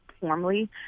formally